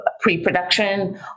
pre-production